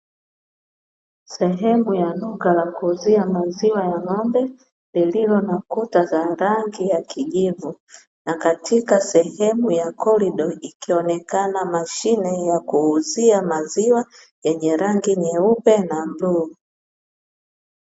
Sehemu ya duka la kuuzia maziwa ya Ng'ombe, lililo na kuta za rangi ya kijivu, na katika sehemu ya korido ikionekana mashine ya kuuzia Maziwa yenye rangi Nyeupe na Bluu.